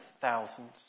thousands